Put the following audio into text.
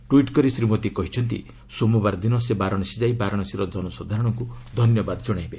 tweet କରି ଶ୍ରୀ ମୋଦି କହିଛନ୍ତି ସୋମବାର ଦିନ ସେ ବାରାଣସୀ ଯାଇ ବାରାଣସୀର ଜନସାଧାରଣଙ୍କୃ ଧନ୍ୟବାଦ ଜଣାଇବେ